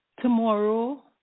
Tomorrow